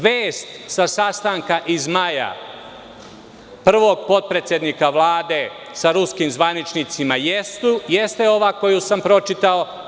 Vest sa sastanka iz maja prvog potpredsednika Vlade sa ruskim zvaničnicima jeste ova koju sam pročitao.